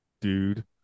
Dude